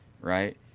right